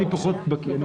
אני פחות בקיא.